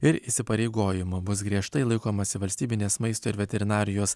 ir įsipareigojimų bus griežtai laikomasi valstybinės maisto ir veterinarijos